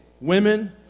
women